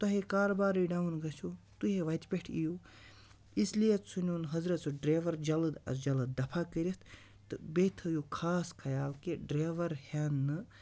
تۄہے کاربارٕے ڈاوُن گژھیو تُہۍ ہے وَتہِ پٮ۪ٹھ اِیِو اِسلیے ژھٕنہِ وُن حضرت سُہ ڈریوَر جلد اَز جلد دَفا کٔرِتھ تہٕ بیٚیہِ تھٔیِو خاص خیال کہِ ڈرٛیوَر ہٮ۪نۍ نہٕ